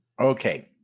Okay